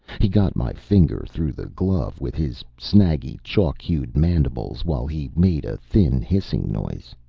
he got my finger, through the glove, with his snaggy, chalk-hued mandibles, while he made a thin hissing noise.